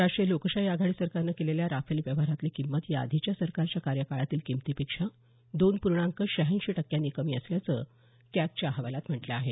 राष्टीय लोकशाही आघाडी सरकारनं केलेल्या राफेल व्यवहारातली किंमत याआधीच्या सरकारच्या कार्यकाळातील किंमतीपेक्षा दोन पूर्णांक शहाऐंशी टक्क्यांनी कमी असल्याचं कॅगच्या अहवालात म्हटलं आहे